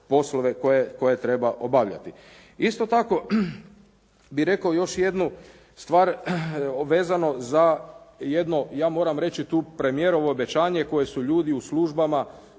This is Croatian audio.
koje treba obavljati. Isto tako bi rekao još jednu stvar vezano za jedno ja moram reći tu premijerovo obećanje koje su ljudi u službama